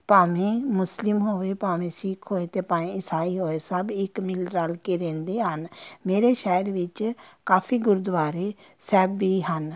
ਭਾਵੇਂ ਮੁਸਲਿਮ ਹੋਵੇ ਭਾਵੇਂ ਸਿੱਖ ਹੋਏ ਅਤੇ ਭਾਵੇਂ ਈਸਾਈ ਹੋਏ ਸਭ ਇੱਕ ਮਿਲ ਰਲ ਕੇ ਰਹਿੰਦੇ ਹਨ ਮੇਰੇ ਸ਼ਹਿਰ ਵਿੱਚ ਕਾਫੀ ਗੁਰਦੁਆਰੇ ਸਾਹਿਬ ਵੀ ਹਨ